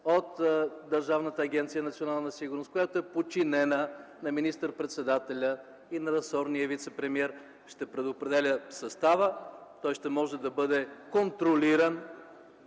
от Държавната агенция „Национална сигурност”, която е подчинена на министър-председателя и на ресорния вицепремиер, ще предопределя състава, той ще може да бъде контролиран